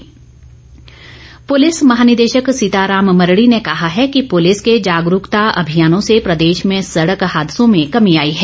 DGP प्रलिस महानिदेशक सीताराम मरड़ी ने कहा है कि पुलिस के जागरूकता अभियानों से प्रदेश में सड़क हादसों में कमी आई है